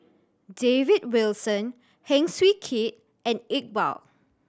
David Wilson Heng Swee Keat and Iqbal